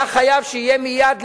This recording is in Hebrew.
היה מתחייב שתהיה מייד,